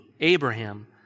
Abraham